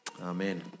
Amen